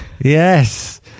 Yes